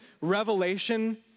revelation